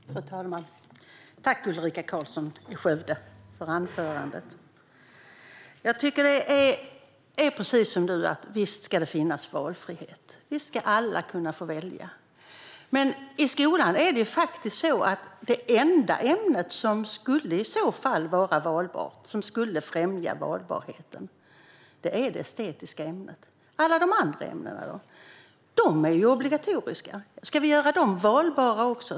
Fru talman! Tack, Ulrika Carlsson i Skövde, för anförandet! Jag tycker precis som du att det ska finnas valfrihet. Visst ska alla kunna få välja. Men i skolan är det enda ämne som i så fall skulle vara valbart och främja valbarheten det estetiska ämnet. Alla de andra ämnena, då? De är obligatoriska. Ska vi göra dem valbara också?